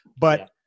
But-